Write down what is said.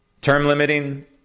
term-limiting